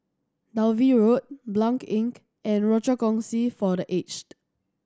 Dalvey Road Blanc Inn and Rochor Kongsi for The Aged